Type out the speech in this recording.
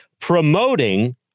promoting